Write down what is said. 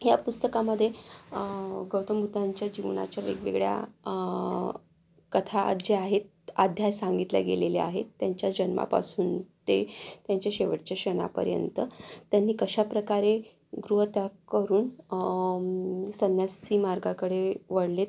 या पुस्तकामध्ये गौतम बुद्धांच्या जीवनाच्या वेगवेगळ्या कथा ज्या आहेत अध्याय सांगितलेल्या गेलेल्या आहेत त्यांच्या जन्मापासून ते त्यांच्या शेवटच्या क्षणापर्यंत त्यांनी कशाप्रकारे गृहत्याग करून संन्यासी मार्गाकडे वळलेत